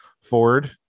Ford